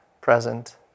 present